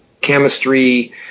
chemistry